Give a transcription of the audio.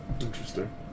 Interesting